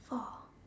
for